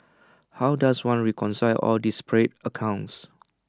how does one reconcile all disparate accounts